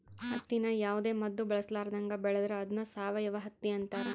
ಹತ್ತಿನ ಯಾವುದೇ ಮದ್ದು ಬಳಸರ್ಲಾದಂಗ ಬೆಳೆದ್ರ ಅದ್ನ ಸಾವಯವ ಹತ್ತಿ ಅಂತಾರ